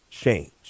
change